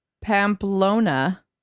Pamplona